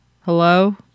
Hello